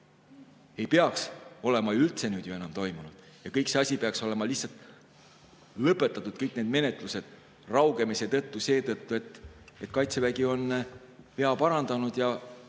ei peaks olema üldse enam toimunud ja kõik see asi peaks olema lihtsalt lõpetatud, kõik need menetlused raugemise tõttu seetõttu, et Kaitsevägi on vea parandanud ja võitlejad